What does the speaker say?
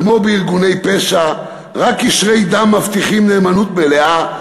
כמו בארגוני פשע, רק קשרי דם מבטיחים נאמנות מלאה.